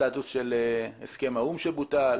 סטטוס של הסכם האו"מ שבוטל?